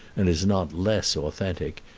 and is not less authentic,